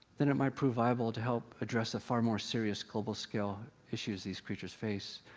then it might prove viable to help address the far more serious global scale issues these creatures face,